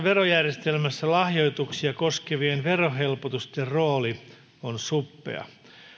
verojärjestelmässä lahjoituksia koskevien verohelpotusten rooli on suppea